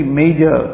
major